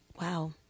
Wow